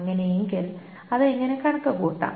അങ്ങനെയെങ്കിൽ അത് എങ്ങനെ കണക്കുകൂട്ടാം